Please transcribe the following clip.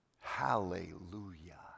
hallelujah